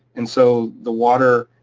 and so the water.